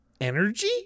Energy